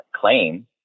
claim